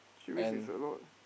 and